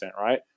right